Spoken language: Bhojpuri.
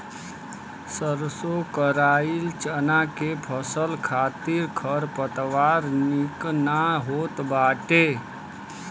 सरसों कराई चना के फसल खातिर खरपतवार निक ना होत बाटे